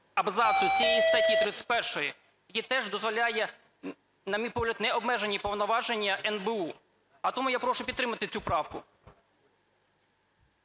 абзацу цієї статті 31, який теж дозволяє, на мій погляд, необмежені повноваження НБУ. А тому я прошу підтримати цю правку.